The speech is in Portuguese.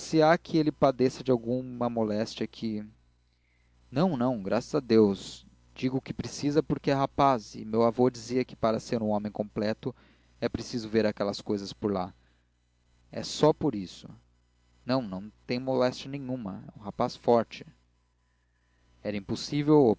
que ele padeça de alguma moléstia que não não graças a deus digo que precisa porque é rapaz e meu avô dizia que para ser homem completo é preciso ver aquelas cousas por lá e só por isso não não tem moléstia nenhuma é um rapaz forte era impossível